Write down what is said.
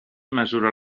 mesura